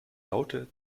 laute